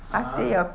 (uh huh)